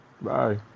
Bye